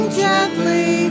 gently